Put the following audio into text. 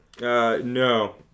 No